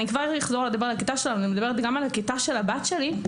אני מדברת גם על הכיתה של הבת שלי,